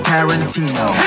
Tarantino